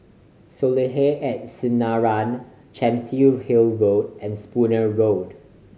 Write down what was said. Soleil at Sinaran Chancery Hill Road and Spooner Road